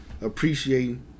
appreciating